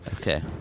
Okay